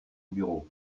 bureau